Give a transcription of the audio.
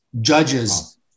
judges